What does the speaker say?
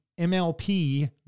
MLP